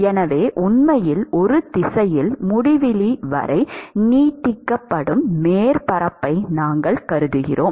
எனவே உண்மையில் ஒரு திசையில் முடிவிலி வரை நீட்டிக்கப்படும் மேற்பரப்பை நாங்கள் கருதுகிறோம்